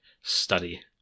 study